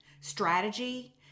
strategy